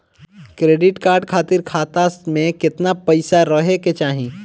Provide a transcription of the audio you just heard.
Credit card खातिर खाता में केतना पइसा रहे के चाही?